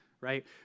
right